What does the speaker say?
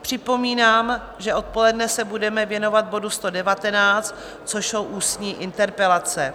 Připomínám, že odpoledne se budeme věnovat bodu 119, což jsou ústní interpelace.